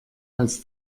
als